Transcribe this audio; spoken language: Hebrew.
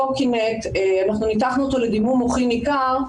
אנחנו ניתחנו אותו לדימום מוחי ניכר,